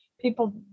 people